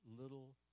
little